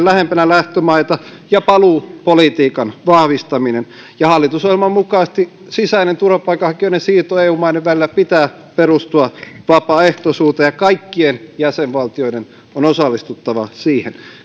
lähempänä lähtömaita ja paluupolitiikan vahvistaminen ja hallitusohjelman mukaisesti sisäinen turvapaikanhakijoiden siirto eu maiden välillä pitää perustua vapaaehtoisuuteen ja kaikkien jäsenvaltioiden on osallistuttava siihen